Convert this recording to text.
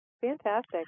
Fantastic